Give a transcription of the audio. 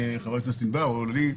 לחבר הכנסת ענבר או למי.